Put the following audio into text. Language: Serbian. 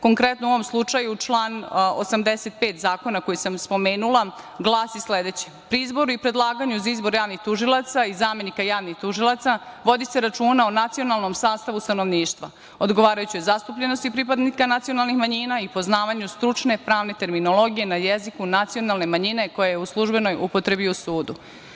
Konkretno u ovom slučaju, član 85. zakona koji sam spomenula glasi sledeće – pri izboru i predlaganju za izbor javnih tužioca i zamenika javnih tužilaca vodi se računa o nacionalnom sastavu stanovništva, odgovarajućoj zastupljenosti pripadnika nacionalnih manjina i poznavanju stručne, pravne terminologije na jeziku nacionalne manjine koja je u službenoj upotrebi u sudu.